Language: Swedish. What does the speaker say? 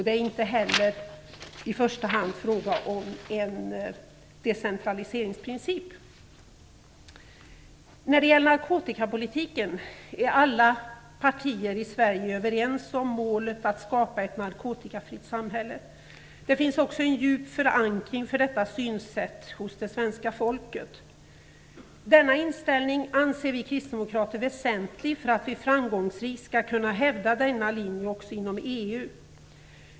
Det är inte heller i första hand fråga om en decentraliseringsprincip. När det gäller narkotikapolitiken är alla partier i Sverige överens om målet att skapa ett narkotikafritt samhälle. Det finns också en djup förankring för detta synsätt hos det svenska folket. Denna inställning anser vi kristdemokrater väsentlig för att vi framgångsrikt skall kunna hävda denna linje också inom EU.